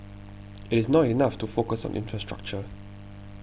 it is not enough to focus on infrastructure